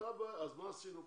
אותה בעיה, אז מה עשינו פה?